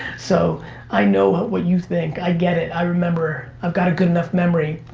so i know what you think, i get it, i remember, i've got a good enough memory.